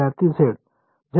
विद्यार्थी z